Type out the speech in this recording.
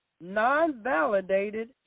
non-validated